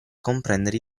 comprendere